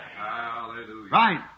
Right